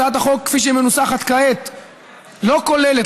הצעת החוק כפי שהיא מנוסחת כעת לא כוללת,